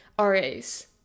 RAs